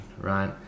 right